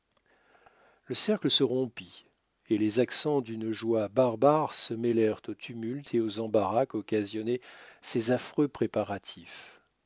le cercle se rompit et les accents d'une joie barbare se mêlèrent au tumulte et aux embarras qu'occasionnaient ces affreux préparatifs